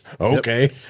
okay